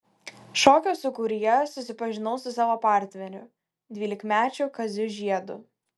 šokio sūkuryje susipažinau su savo partneriu dvylikmečiu kaziu žiedu